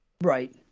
Right